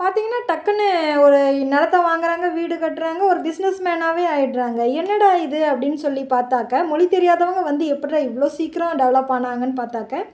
பார்த்திங்கன்னா டக்குனு ஒரு நிலத்த வாங்குகிறாங்க வீடு கட்டுகிறாங்க ஒரு பிஸ்னஸ்மேனாகவே ஆயிடுறாங்க என்னடா இது அப்படின்னு சொல்லி பாத்தாக்கா மொழி தெரியாதவங்க வந்து எப்பிட்றா இவ்வளோ சீக்கரம் டெவலப் ஆனாங்கன்னு பார்த்தாக்க